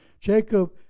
Jacob